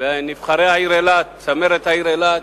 ונבחרי העיר אילת, צמרת העיר אילת.